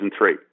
2003